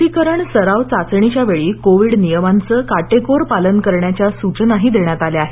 लसीकरण सराव चाचणीच्या वेळी कोविड नियमांचं काटेकोर पालन करण्याच्या सूचनाही देण्यात आल्या आहेत